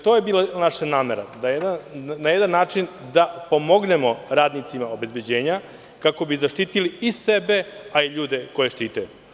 To je bila naša namera, da na jedan način pomognemo radnicima obezbeđenja kako bi zaštitili i sebe, a i ljude koje štite.